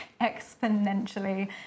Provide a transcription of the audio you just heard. exponentially